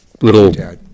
little